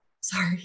Sorry